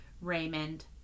Raymond